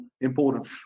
important